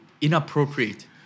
inappropriate